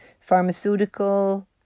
pharmaceutical